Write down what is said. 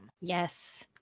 Yes